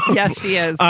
yes she is.